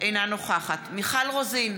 נוכחת מיכל רוזין,